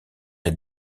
est